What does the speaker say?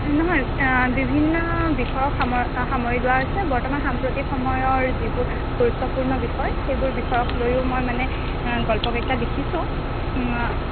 নহয় বিভিন্ন বিষয়ক সামৰি লোৱা হৈছে বৰ্তমান সাম্প্ৰতিক সময়ৰ যিবোৰ গুৰুত্বপূৰ্ণ বিষয় সেইবোৰ বিষয়ক লৈয়ো মই মানে গল্পকেইটা লিখিছোঁ